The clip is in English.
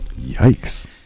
Yikes